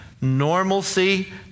normalcy